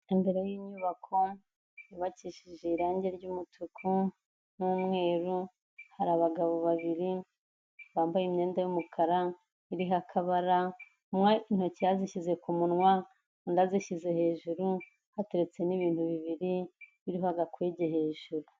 Imbere y'inyubako yubakishije irange ry'umutuku n'umweru, hari abagabo babiri bambaye imyenda y'umukara iriho akabara, umwe intoki yazishyize ku munwa undi azishyize hejuru hateretse n'ibintu bibiri biriho agakwege hejuru.